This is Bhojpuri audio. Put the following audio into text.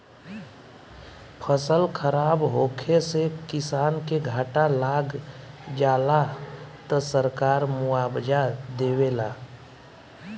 फसल खराब होखे से किसान के घाटा लाग जाला त सरकार मुआबजा देवेला